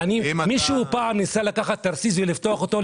מישהו ניסה פעם לקחת תרסיס ולפתוח אותו,